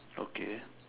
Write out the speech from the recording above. okay